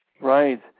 Right